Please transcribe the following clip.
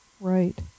Right